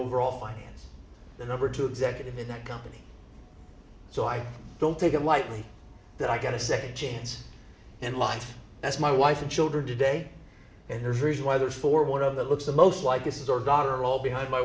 overall finance the number two executive in that company so i don't take it lightly that i get a second chance in life that's my wife and children today and there's a reason why therefore one of the looks the most like this is our daughter all behind my